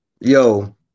yo